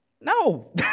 No